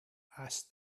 asked